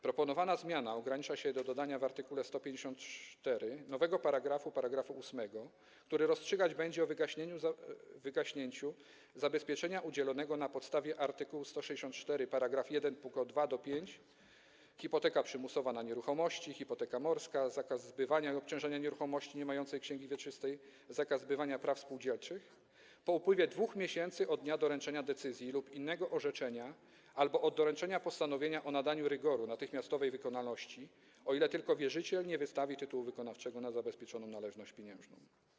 Proponowana zmiana ogranicza się do dodania w art. 154 nowego paragrafu, § 8, który rozstrzygać będzie o wygaśnięciu zabezpieczenia udzielonego na podstawie art. 164 § 1 pkt 2–5 - hipoteka przymusowa na nieruchomości, hipoteka morska, zakaz zbywania i obciążania nieruchomości niemającej księgi wieczystej, zakaz zbywania praw spółdzielczych - po upływie 2 miesięcy od dnia doręczenia decyzji lub innego orzeczenia albo od doręczenia postanowienia o nadaniu rygoru natychmiastowej wykonalności, o ile tylko wierzyciel nie wystawi tytułu wykonawczego na zabezpieczoną należność pieniężną.